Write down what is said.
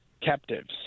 captives